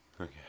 Okay